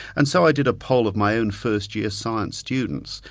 and so i did a poll of my own first-year science students,